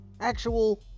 actual